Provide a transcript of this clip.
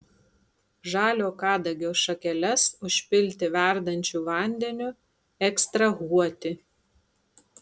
žalio kadagio šakeles užpilti verdančiu vandeniu ekstrahuoti